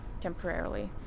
temporarily